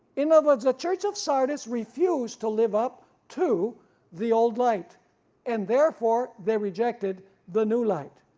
in other words the church of sardis refused to live up to the old light and therefore they rejected the new light.